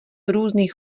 různých